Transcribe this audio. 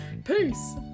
Peace